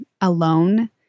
alone